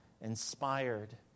inspired